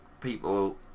people